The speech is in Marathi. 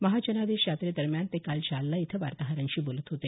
महाजनादेश यात्रेदरम्यान ते काल जालना इथं वार्ताहरांशी बोलत होते